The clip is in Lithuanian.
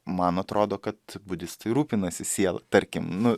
man atrodo kad budistai rūpinasi siela tarkim nu